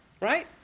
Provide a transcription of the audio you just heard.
right